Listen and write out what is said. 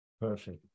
Perfect